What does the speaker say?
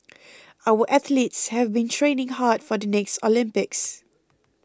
our athletes have been training hard for the next Olympics